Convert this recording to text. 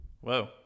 Whoa